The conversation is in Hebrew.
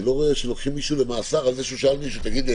אני לא רואה שלוקחים מישהו למאסר על זה שהוא שאל מישהו: תגיד לי,